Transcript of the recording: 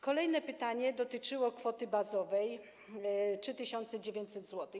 Kolejne pytanie dotyczyło kwoty bazowej 3900 zł.